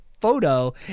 photo